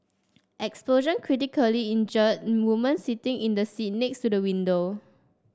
explosion critically injured woman sitting in the seat next to the window